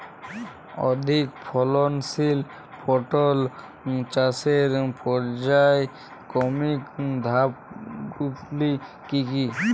অধিক ফলনশীল পটল চাষের পর্যায়ক্রমিক ধাপগুলি কি কি?